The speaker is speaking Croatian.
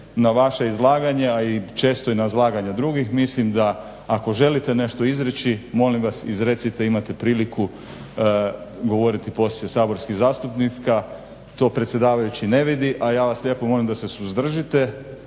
na vaše izlaganje, a i često i na izlaganja drugih. Mislim da ako želite nešto izreći molim vas izrecite, imate priliku govoriti poslije saborskih zastupnika. To predsjedavajući ne vidi, a ja vas lijepo molim da se suzdržite